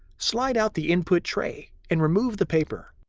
slide out the input tray and remove the paper.